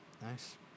Nice